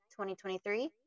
2023